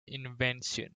invention